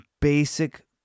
basic